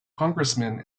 congressmen